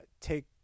take